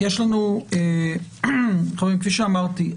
כפי שאמרתי,